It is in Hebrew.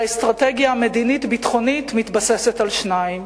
והאסטרטגיה המדינית-הביטחונית מתבססת על שניים: